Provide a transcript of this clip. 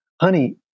Honey